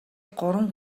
гурван